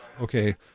okay